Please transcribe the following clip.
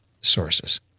sources